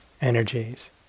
energies